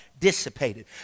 dissipated